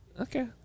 Okay